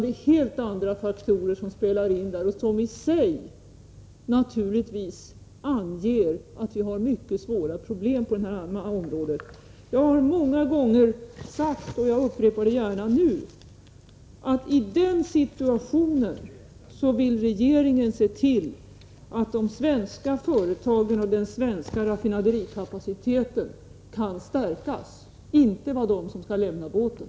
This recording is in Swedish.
Det är helt andra faktorer som där spelar in och som naturligtvis i sig visar att vi har mycket svåra problem på det här området. Jag har många gånger sagt — och jag upprepar det gärna nu — att regeringen i den situationen vill se till att de svenska företagen och den svenska raffinaderikapaciteten kan stärkas och att det inte blir dessa företag som skall lämna båten.